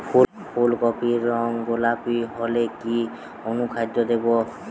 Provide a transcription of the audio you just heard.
ফুল কপির রং গোলাপী হলে কি অনুখাদ্য দেবো?